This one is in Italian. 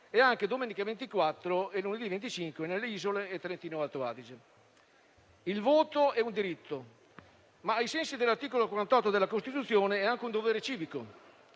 e domenica 24 e lunedì 25 ottobre nelle isole e in Trentino-Alto Adige. Il voto è un diritto, ma, ai sensi dell'articolo 48 della Costituzione, è anche un dovere civico.